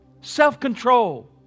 Self-control